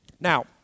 Now